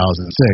2006